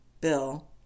Bill